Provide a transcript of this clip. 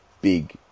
big